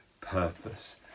purpose